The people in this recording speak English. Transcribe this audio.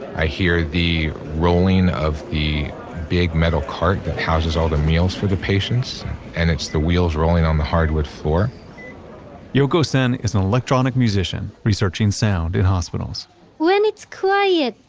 i hear the rolling of the big metal cart that houses all the meals for the patients and it's the wheels rolling on the hardwood floor yoko sen is an electronic musician researching sound in hospitals when it's quiet,